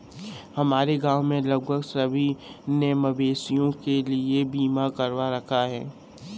हमारे गांव में लगभग सभी ने मवेशियों के लिए बीमा करवा रखा है